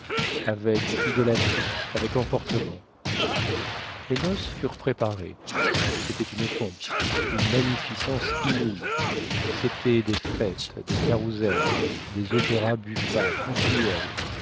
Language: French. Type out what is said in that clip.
avec idolâtrie avec emportement les noces furent préparées c'était une pompe une magnificence inouïe c'étaient des fêtes des carrousels des opéra buffa continuels